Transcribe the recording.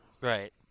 Right